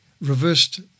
reversed